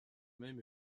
même